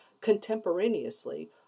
contemporaneously